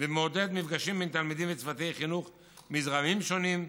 ומעודד מפגשים עם תלמידים מצוותי חינוך מזרמים שונים,